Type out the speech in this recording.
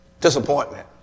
disappointment